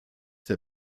der